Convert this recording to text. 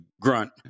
grunt